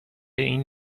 این